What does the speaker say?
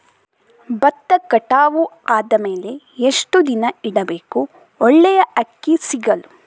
ಭತ್ತ ಕಟಾವು ಆದಮೇಲೆ ಎಷ್ಟು ದಿನ ಇಡಬೇಕು ಒಳ್ಳೆಯ ಅಕ್ಕಿ ಸಿಗಲು?